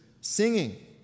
singing